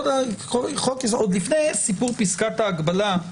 עוד לפני סיפור פסקת ההגבלה,